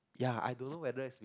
ya I don't know whether is